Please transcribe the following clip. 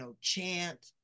chant